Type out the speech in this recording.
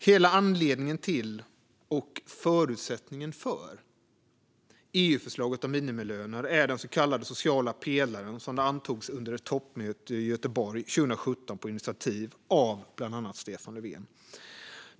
Hela anledningen till och förutsättningen för EU-förslaget om minimilöner är den så kallade sociala pelaren som antogs under ett toppmöte i Göteborg 2017 på initiativ av bland annat Stefan Löfven.